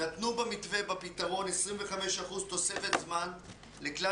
נתנו במתווה בפתרון 25% תוספת זמן לכלל